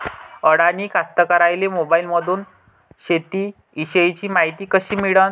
अडानी कास्तकाराइले मोबाईलमंदून शेती इषयीची मायती कशी मिळन?